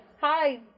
Hi